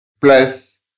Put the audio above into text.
plus